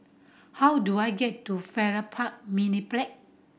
how do I get to Farrer Park Mediplex